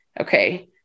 okay